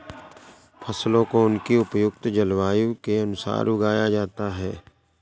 फसलों को उनकी उपयुक्त जलवायु के अनुसार उगाया जाता है